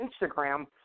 Instagram